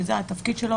שזה התפקיד שלו,